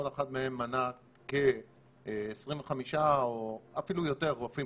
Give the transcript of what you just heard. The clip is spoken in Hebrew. כל אחד מהם מנה כ-25 או אפילו יותר רופאים